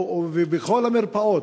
ובכל המרפאות,